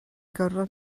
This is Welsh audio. gorfod